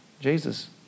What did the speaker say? Jesus